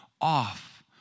off